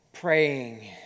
praying